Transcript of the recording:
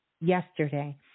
yesterday